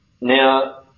Now